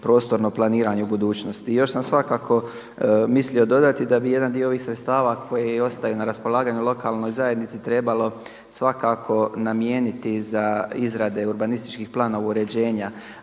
prostorno planiranje u budućnosti. I još sam svakako mislio dodati da bi jedan dio ovih sredstava koje ostaju na raspolaganju lokalnoj zajednici trebalo svakako namijeniti za izrade ubrbanističkih planova uređenja,